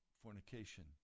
Fornication